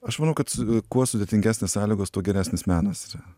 aš manau kad kuo sudėtingesnės sąlygos tuo geresnis menas yra